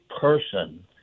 person